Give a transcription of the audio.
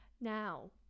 now